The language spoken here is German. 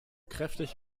kräftig